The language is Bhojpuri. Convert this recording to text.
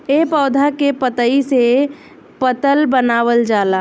ए पौधा के पतइ से पतल बनावल जाला